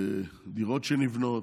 הדירות שנבנות,